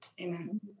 amen